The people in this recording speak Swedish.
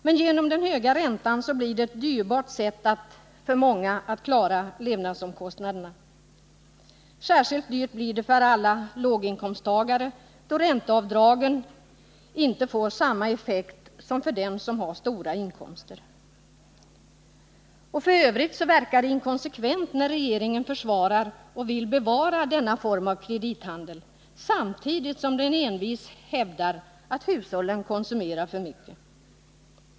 Men på grund av den höga räntan blir det för många ett dyrbart sätt att klara levnadsomkostnaderna. Särskilt dyrt blir det för alla låginkomsttagare, då deras ränteavdrag inte får samma effekt som de som görs av dem med stora inkomster. F. ö. verkar det inkonsekvent när regeringen försvarar och vill bevara denna form av kredithandel samtidigt som den envist hävdar att hushållen konsumerar för mycket.